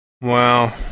Wow